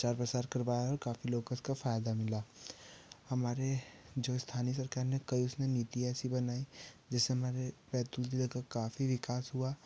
प्रचार प्रसार करवाया है और काफ़ी लोगों को इसका फायदा मिला हमारे जो स्थानीय सरकार ने कई उसने नीतियाँ ऐसी बनाई जिससे हमारे बैतूल जिले का काफ़ी विकास हुआ